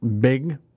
big